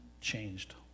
changed